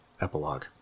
Epilogue